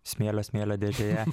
smėlio smėlio dėžėje